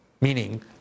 meaning